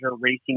racing